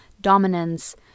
dominance